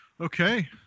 Okay